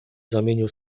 zamienił